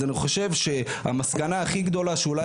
אז אני חושב שהמסקנה הכי גדולה שאולי